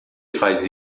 faz